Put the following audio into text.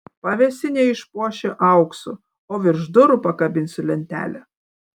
pavėsinę išpuošiu auksu o virš durų pakabinsiu lentelę